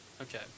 Okay